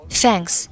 thanks